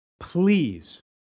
please